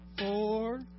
Four